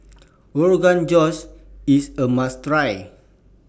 Rogan Josh IS A must Try